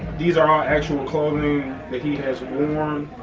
these are all actual clothing that he has worn.